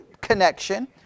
connection